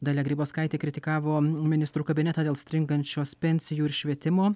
dalia grybauskaitė kritikavo ministrų kabinetą dėl stringančios pensijų ir švietimo